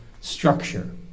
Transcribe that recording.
structure